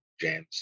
James